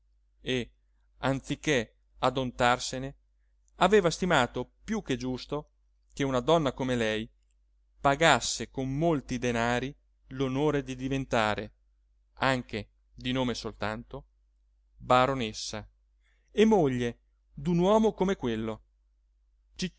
e anziché adontarsene aveva stimato più che giusto che una donna come lei pagasse con molti denari l'onore di diventare anche di nome soltanto baronessa e moglie d'un uomo come quello